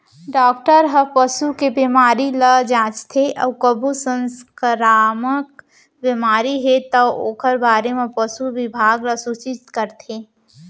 doctor हर पसू के बेमारी ल जांचथे अउ कभू संकरामक बेमारी हे तौ ओकर बारे म पसु बिभाग ल सूचित करथे